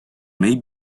may